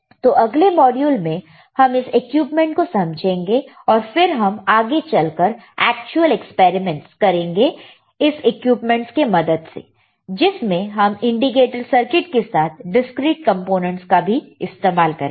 तो अगले मॉड्यूल में हम इस इक्विपमेंट को समझेंगे और फिर हम आगे चलकर एक्चुअल एक्सपेरिमेंट्स करेंगे इस इक्विपमेंटस के मदद से जिसमें हम इंडिकेटर सर्किट के साथ डिस्क्रीट कंपोनेंट्स का भी इस्तेमाल करेंगे